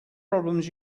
problems